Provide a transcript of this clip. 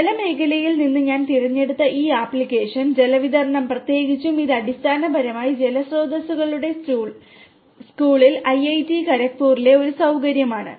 അതിനാൽ ജലമേഖലയിൽ നിന്ന് ഞാൻ തിരഞ്ഞെടുത്ത ഈ ആപ്ലിക്കേഷൻ ജലവിതരണം പ്രത്യേകിച്ചും ഇത് അടിസ്ഥാനപരമായി ജലസ്രോതസ്സുകളുടെ സ്കൂളിൽ ഐഐടി ഖരഗ്പൂരിലുള്ള ഒരു സൌകര്യമാണ്